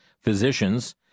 Physicians